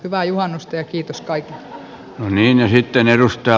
hyvää juhannusta ja kiitos kaikille